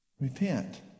Repent